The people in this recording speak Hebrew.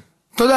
תודה.